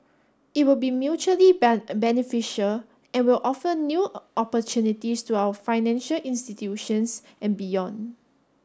it will be mutually beneficial and will offer new opportunities to our financial institutions and beyond